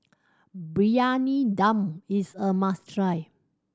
Briyani Dum is a must try